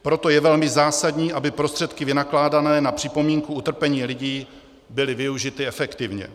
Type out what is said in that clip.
Proto je velmi zásadní, aby prostředky vynakládané na připomínku utrpení lidí byly využity efektivně.